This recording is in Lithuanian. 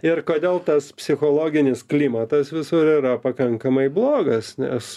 ir kodėl tas psichologinis klimatas visur yra pakankamai blogas nes